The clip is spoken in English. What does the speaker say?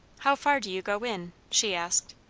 how far do you go in? she asked.